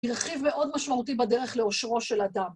היא רכיב מאוד משמעותי בדרך לאושרו של אדם.